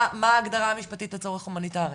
מה ההגדרה המשפטית לצורך הומניטרי?